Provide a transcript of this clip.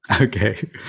Okay